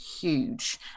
huge